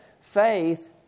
faith